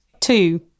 Two